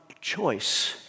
choice